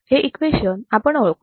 हे इक्वेशन आपण ओळखतो